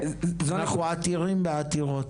אנחנו עתירים בעתירות.